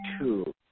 two